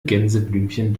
gänseblümchen